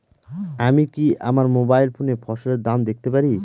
আমি কি আমার মোবাইল ফোনে ফসলের দাম দেখতে পারি?